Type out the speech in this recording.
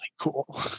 cool